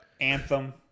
Anthem